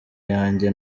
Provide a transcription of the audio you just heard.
yanjye